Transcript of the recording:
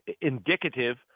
indicative